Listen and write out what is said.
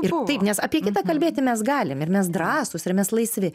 ir taip nes apie kitą kalbėti mes galim ir mes drąsūs ir mes laisvi